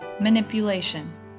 manipulation